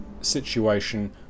situation